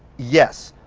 yes,